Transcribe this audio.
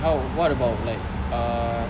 how what about like uh